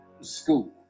School